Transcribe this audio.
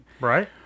Right